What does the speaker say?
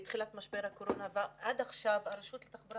מתחילת משבר הקורונה ועד עכשיו הרשות לתחבורה